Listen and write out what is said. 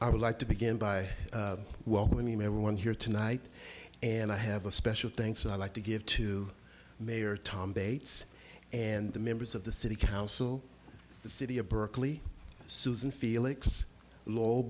i would like to begin by welcoming everyone here tonight and i have a special thanks i'd like to give to mayor tom bates and the members of the city council the city of berkeley susan felix lo